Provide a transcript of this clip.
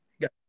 Got